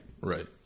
Right